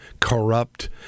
corrupt